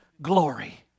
glory